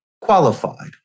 qualified